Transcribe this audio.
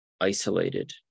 isolated